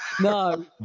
No